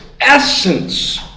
essence